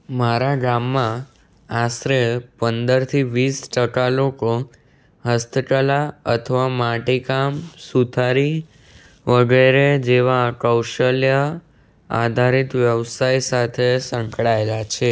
મારા ગામમાં આશરે પંદરથી વીસ ટકા લોકો હસ્તકલા અથવા માટીકામ સુથારી વગેરે જેવાં કૌશલ્ય આધારિત વ્યવસાય સાથે સંકળાયેલાં છે